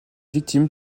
victime